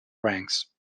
ranks